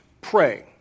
pray